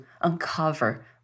uncover